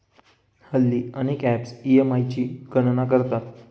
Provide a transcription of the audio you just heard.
हल्ली अनेक apps EMI ची गणना करतात